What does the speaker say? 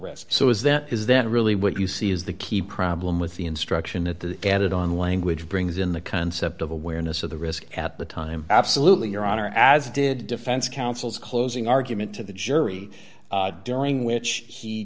risk so is that is that really what you see is the key problem with the instruction that the added on language brings in the concept of awareness of the risk at the time absolutely your honor as did defense counsel's closing argument to the jury during which he